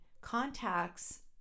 contacts